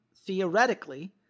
theoretically